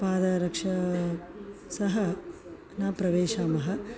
पादरक्षा सह न प्रविशामः